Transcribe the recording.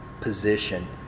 position